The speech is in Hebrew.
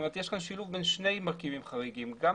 כלומר יש פה שילוב בין שני מרכיבים חריגים גם